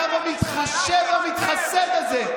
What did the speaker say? הקו המתחשב והמתחסד הזה,